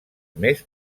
mes